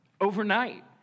overnight